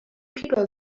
people